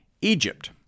Egypt